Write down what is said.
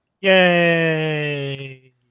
Yay